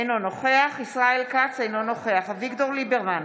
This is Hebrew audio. אינו נוכח ישראל כץ, אינו נוכח אביגדור ליברמן,